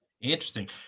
Interesting